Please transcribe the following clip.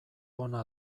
ona